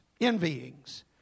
Envyings